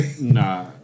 Nah